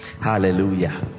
Hallelujah